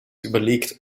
überlegt